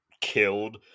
killed